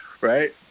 Right